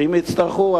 שאם יצטרכו,